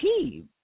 achieve